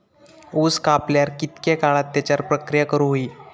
ऊस कापल्यार कितके काळात त्याच्यार प्रक्रिया करू होई?